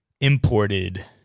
imported